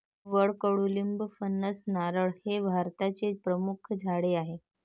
वड, कडुलिंब, फणस, नारळ हे भारताचे प्रमुख झाडे आहे